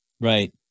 Right